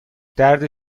درد